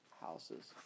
houses